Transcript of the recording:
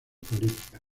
políticas